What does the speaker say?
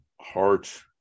heart